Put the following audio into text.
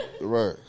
Right